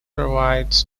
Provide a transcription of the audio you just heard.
provides